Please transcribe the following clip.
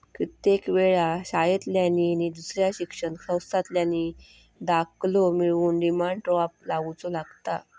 कित्येक वेळा शाळांतल्यानी नि दुसऱ्या शिक्षण संस्थांतल्यानी दाखलो मिळवूक डिमांड ड्राफ्ट लावुचो लागता